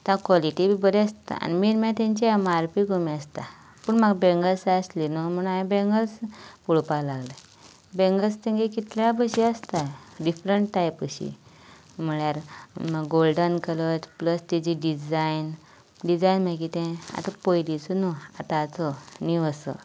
आतां क्वॉलिटी बी बरी आसता आनी मेन म्हळ्या तेंची एमआरपी बी कमी आसता पूण म्हाका बँगल्सां जाय आसले न्हू म्हणो हांव बँगल्स पळोवपा लागलें बँगल्स तेंगे कितल्या भशेन आसता डिफरंट टायप अशीं म्हळ्यार गोल्डन कलर प्लस तेजी डिजायन डिजायन म्हळ्या कितें आतां पयलींचो न्हू आतांचो नीव असो